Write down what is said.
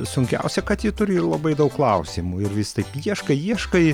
sunkiausia kad ji turi ir labai daug klausimų ir vis taip ieškai ieškai